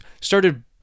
started